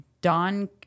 Don